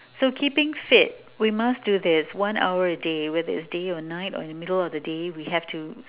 so keeping fit we must do this one hour a day whether it is day or night or in the middle of the day we have to spend